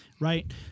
Right